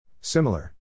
Similar